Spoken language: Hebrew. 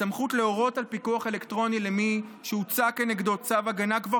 הסמכות להורות על פיקוח אלקטרוני למי שהוצא כנגדו צו הגנה כבר